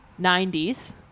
90s